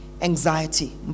anxiety